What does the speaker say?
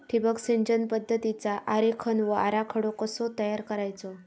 ठिबक सिंचन पद्धतीचा आरेखन व आराखडो कसो तयार करायचो?